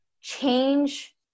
change